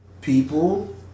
People